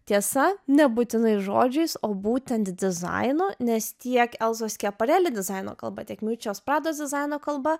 tiesa nebūtinai žodžiais o būtent dizaino nes tiek elzos kiaparel dizaino kalba tiek miučios prados dizaino kalba